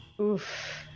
Oof